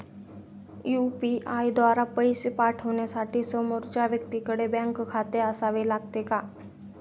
UPI द्वारा पैसे पाठवण्यासाठी समोरच्या व्यक्तीकडे बँक खाते असावे लागते का?